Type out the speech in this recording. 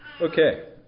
okay